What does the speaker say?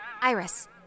Iris